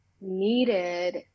needed